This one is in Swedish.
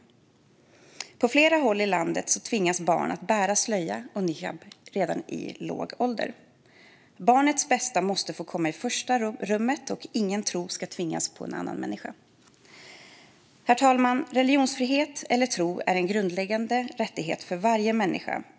På flera håll i landet tvingas barn att bära slöja eller niqab redan i låg ålder. Barnets bästa måste få komma i första rummet, och ingen tro ska tvingas på en annan människa. Herr talman! Religionsfrihet och tro är en grundläggande rättighet för varje människa.